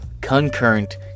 concurrent